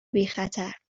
بیخطر